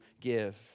give